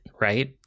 Right